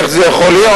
איך זה יכול להיות?